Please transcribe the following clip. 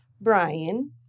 Brian